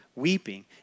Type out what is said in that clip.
weeping